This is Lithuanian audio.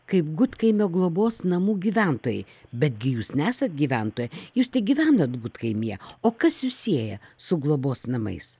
kaip gudkaimio globos namų gyventojai betgi jūs nesat gyventojai jūs gyvenat gudkaimyje o kas jus sieja su globos namais